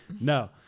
No